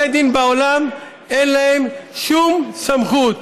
בתי דין בעולם, אין להם שום סמכות.